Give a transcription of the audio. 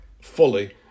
fully